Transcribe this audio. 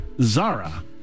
Zara